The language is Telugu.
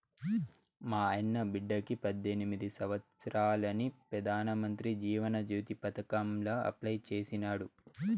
మాయన్న బిడ్డకి పద్దెనిమిది సంవత్సారాలని పెదానమంత్రి జీవన జ్యోతి పదకాంల అప్లై చేసినాడు